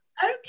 Okay